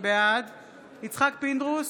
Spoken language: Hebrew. בעד יצחק פינדרוס,